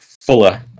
fuller